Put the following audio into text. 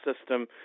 system